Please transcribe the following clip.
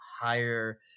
higher